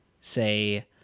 say